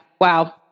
Wow